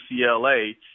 UCLA